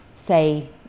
Say